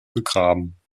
begraben